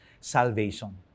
salvation